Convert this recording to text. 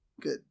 good